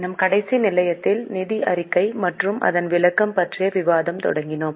நம் கடைசி நிலையத்தில் நிதி அறிக்கை மற்றும் அதன் விளக்கம் பற்றிய விவாதம் தொடங்கினோம்